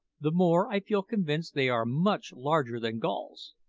the more i feel convinced they are much larger than gulls.